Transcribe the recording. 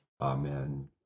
Amen